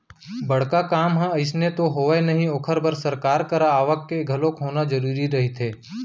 बड़का काम ह अइसने तो होवय नही ओखर बर सरकार करा आवक के घलोक होना जरुरी रहिथे